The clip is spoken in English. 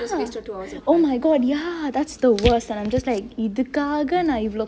ya oh my god ya that's the worst and I'm just like இதுக்காக நா இவளோ:ithukaage naa ivalo